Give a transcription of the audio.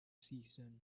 season